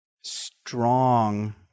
strong